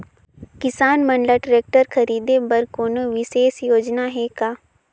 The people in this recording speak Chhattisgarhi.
किसान मन ल ट्रैक्टर खरीदे बर कोनो विशेष योजना हे का?